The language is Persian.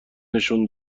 نشون